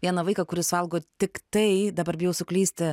vieną vaiką kuris valgo tiktai dabar bijau suklysti